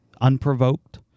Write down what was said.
unprovoked